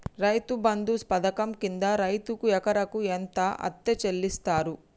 రైతు బంధు పథకం కింద రైతుకు ఎకరాకు ఎంత అత్తే చెల్లిస్తరు?